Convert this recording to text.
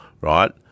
Right